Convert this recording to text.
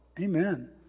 Amen